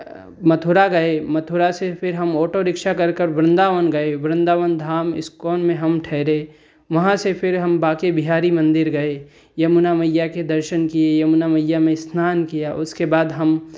मथुरा गए मथुरा से फ़िर हम ऑटोरिक्शा करकर वृन्दावन गए वृन्दावन धाम इस्कोन में हम ठहरे वहाँ से फ़िर हम बाँके बिहारी मंदिर गए यमुना मईया के दर्शन किए यमुना मईया में स्नान किया उसके बाद हम